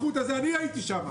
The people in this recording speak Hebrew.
אני הייתי שם.